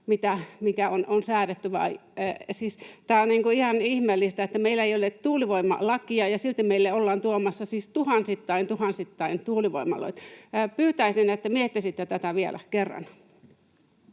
mikä on säädetty. Siis tämä on niin kuin ihan ihmeellistä, että meillä ei ole tuulivoimalakia ja silti meille ollaan tuomassa tuhansittain, tuhansittain tuulivoimaloita. Pyytäisin, että miettisitte tätä vielä kerran.